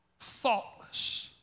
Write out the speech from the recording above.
thoughtless